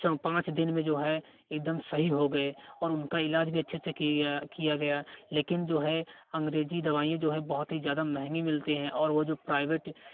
तो पाँच दिन में जो है एकदम सही हो गए और उनका इलाज भी अच्छे से किया गया किया गया लेकिन जो है अंग्रेजी दवाइयाँ जो है बहुत ही ज्यादा महंगी मिलती हैं और वो जो प्राइवेट